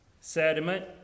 sediment